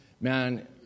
man